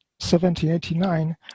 1789